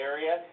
Area